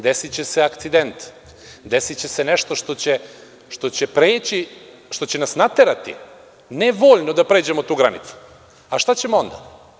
Desiće se akcident, desiće se nešto što će nas naterati, ne voljno da pređemo tu granicu, a šta ćemo onda?